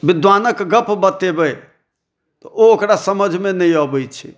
विद्वानक गप बतेबै तऽओ ओकरा समझमे नहि अबैत छै